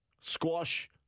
squash